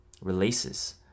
releases